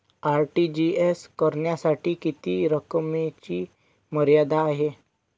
RTGS करण्यासाठी किती रकमेची मर्यादा आहे?